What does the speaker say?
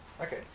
Okay